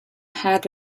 had